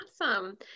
Awesome